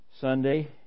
Sunday